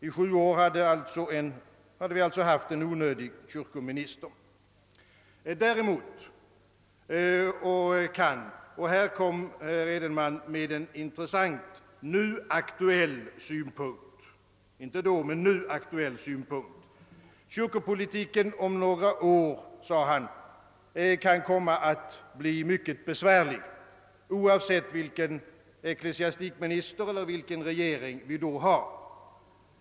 I sju år hade vi alltså haft en onödig kyrkominister. Däremot kan — och här framlade herr Edenman en intressant, nu aktuell synpunkt — kyrkopolitiken om några år komma att bli mycket besvärlig, oavsett vilken ecklesiastikminister eller vilken regering vi då har.